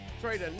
Trade